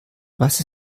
was